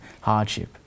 hardship